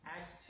Acts